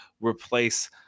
replace